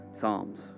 Psalms